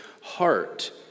heart